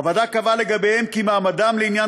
הוועדה קבעה לגביהם כי מעמדם לעניין